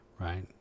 right